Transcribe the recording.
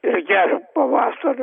ir gero pavasario